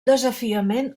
desafiament